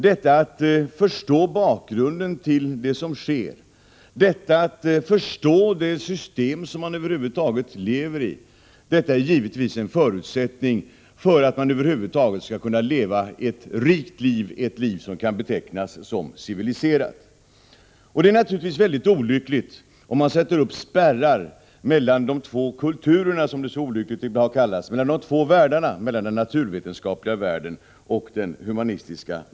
Detta att förstå bakgrunden till det som sker, att förstå det system som man lever i, är givetvis en förutsättning för att man över huvud taget skall kunna leva ett rikt liv, ett liv som kan betecknas som civiliserat. Det är naturligtvis väldigt olyckligt om man sätter upp spärrar mellan de två kulturerna, som det ibland talas om, den naturvetenskapliga världen och den humanistiska.